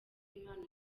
impano